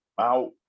out